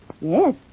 Yes